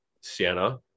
Sienna